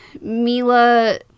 Mila